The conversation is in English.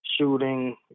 Shooting